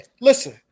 Listen